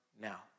now